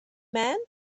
man